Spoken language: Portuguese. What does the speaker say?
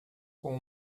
com